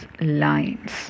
lines